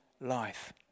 life